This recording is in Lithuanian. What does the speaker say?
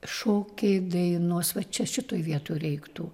šokiai dainos va čia šitoj vietoj reiktų